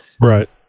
right